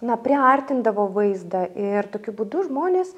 na priartindavo vaizdą ir tokiu būdu žmonės